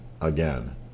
again